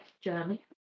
journey